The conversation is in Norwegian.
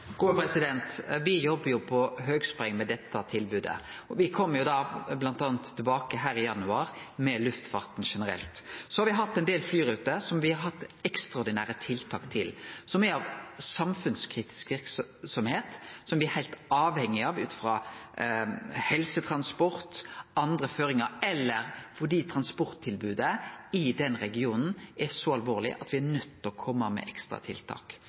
jobbar på høggir med dette tilbodet. Me kjem bl.a. tilbake hit i januar med luftfarten generelt. Me har hatt ein del flyruter der me har hatt ekstraordinære tiltak, som er samfunnskritisk viktige, som me er heilt avhengige av ut frå helsetransport, andre føringar eller fordi transportsituasjonen i regionen er så alvorleg at me er nøydde til å kome med